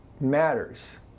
matters